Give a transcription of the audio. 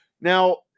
Now